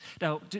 Now